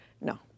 no